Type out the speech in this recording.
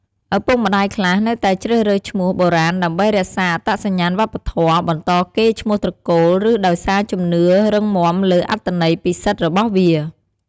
ឪពុកម្ដាយខ្លះនៅតែជ្រើសរើសឈ្មោះបុរាណដើម្បីរក្សាអត្តសញ្ញាណវប្បធម៌ បន្តកេរ្តិ៍ឈ្មោះត្រកូល ឬដោយសារជំនឿរឹងមាំលើអត្ថន័យពិសិដ្ឋរបស់វា។